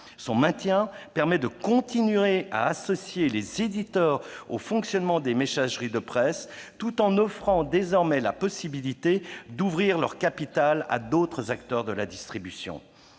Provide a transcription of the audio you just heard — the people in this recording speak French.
terme. Cela permet de continuer à associer les éditeurs au fonctionnement des messageries de presse, tout en offrant désormais la possibilité d'ouvrir leur capital à d'autres acteurs de la distribution.